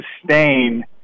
sustain